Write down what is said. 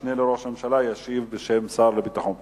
שהמשנה לראש הממשלה ישיב בשם השר לביטחון פנים.